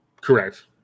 Correct